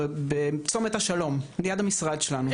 בצומת השלום ליד המשרד שלנו.